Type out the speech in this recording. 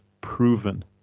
proven